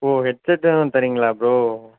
ஓ ஹெட்செட்டும் தரீங்களா ப்ரோ